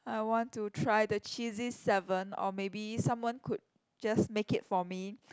I want to try the cheesy seven or maybe someone could just make it for me